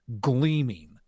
gleaming